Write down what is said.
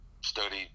study